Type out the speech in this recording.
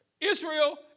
Israel